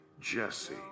Jesse